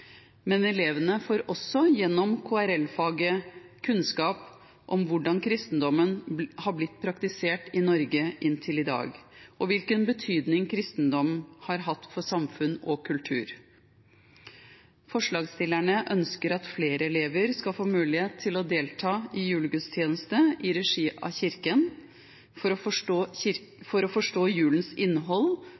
men elevene får også gjennom KRLE-faget kunnskap om hvordan kristendommen har blitt praktisert i Norge inntil i dag, og hvilken betydning kristendom har hatt for samfunn og kultur. Forslagsstillerne ønsker at flere elever skal få mulighet til å delta på julegudstjeneste i regi av kirken for å forstå